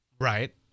Right